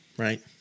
Right